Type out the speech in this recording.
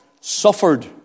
suffered